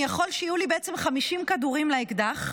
אני יכול שיהיו לי בעצם 50 כדורים לאקדח.